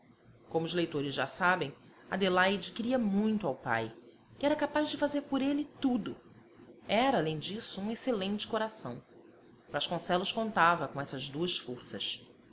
como os leitores já sabem adelaide queria muito ao pai e era capaz de fazer por ele tudo era além disso um excelente coração vasconcelos contava com essas duas forças